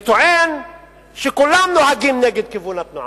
וטוען שכולם נוהגים נגד כיוון התנועה,